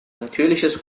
natürliches